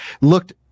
looked